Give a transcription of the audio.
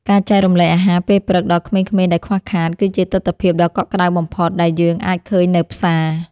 ការចែករំលែកអាហារពេលព្រឹកដល់ក្មេងៗដែលខ្វះខាត គឺជាទិដ្ឋភាពដ៏កក់ក្ដៅបំផុតដែលយើងអាចឃើញនៅផ្សារ។